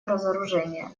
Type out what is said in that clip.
разоружения